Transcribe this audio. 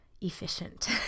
efficient